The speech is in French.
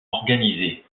organisés